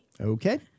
Okay